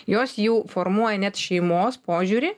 jos jau formuoja net šeimos požiūrį